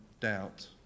doubt